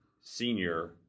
senior